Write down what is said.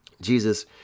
Jesus